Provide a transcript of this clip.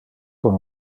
con